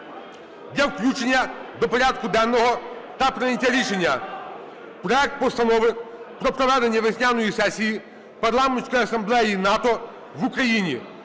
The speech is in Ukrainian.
для включення до порядку денного та прийняття рішення проект Постанови про проведення весняної сесії Парламентської асамблеї НАТО в Україні